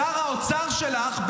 שר האוצר שלך,